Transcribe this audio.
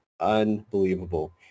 unbelievable